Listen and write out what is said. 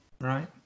right